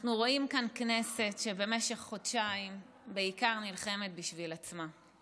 אנחנו רואים כאן כנסת שבמשך חודשיים נלחמת בעיקר בשביל עצמה,